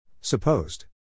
Supposed